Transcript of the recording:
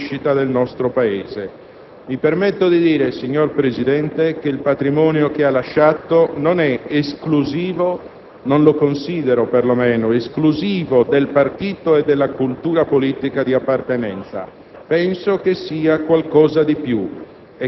sono sempre stati finalizzati alla crescita del nostro Paese. Mi permetto di affermare, Signor Presidente, che il patrimonio che Fanfani ha lasciato non è esclusivo, perlomeno io non lo considero tale, del partito e della cultura politica di appartenenza;